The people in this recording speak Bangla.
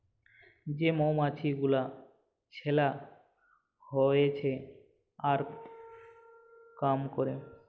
যে মমাছি গুলা ছেলা হচ্যে আর কাম ক্যরে